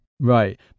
Right